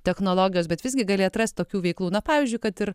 technologijos bet visgi gali atrast tokių veiklų na pavyzdžiui kad ir